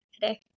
today